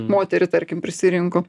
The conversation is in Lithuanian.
moterį tarkim prisirinko